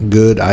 good